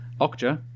Okja